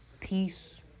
peace